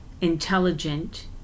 intelligent